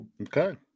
Okay